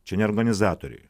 čia ne organizatoriai